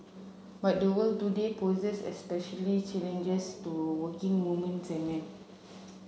but the world today poses specially challenges to working woman's and men